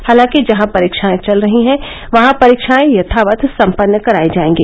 हालांकि जहां परीक्षाएं चल रही हैं वहां परीक्षाएं यथावत सम्पन्न करायी जायेंगी